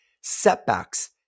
setbacks